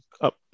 up